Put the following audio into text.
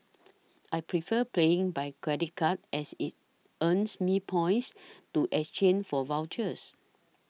I prefer playing by credit card as it earns me points to exchange for vouchers